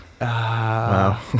Wow